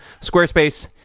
Squarespace